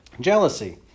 Jealousy